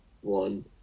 one